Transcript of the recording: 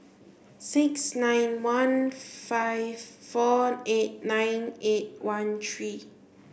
six nine one five four eight nine eight one three